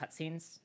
cutscenes